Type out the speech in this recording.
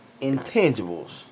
Intangibles